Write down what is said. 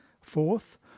Fourth